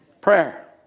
Prayer